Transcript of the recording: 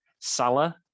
Salah